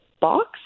box